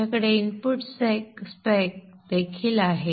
आमच्याकडे input spec देखील आहे